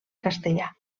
castellà